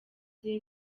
bye